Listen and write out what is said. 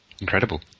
Incredible